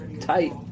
tight